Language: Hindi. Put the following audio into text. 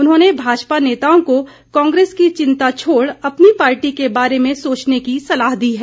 उन्होंने भाजपा नेताओं को कांग्रेस की चिंता छोड़ अपनी पार्टी के बारे में सोचने की सलाह दी है